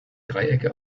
dreiecke